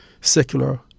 secular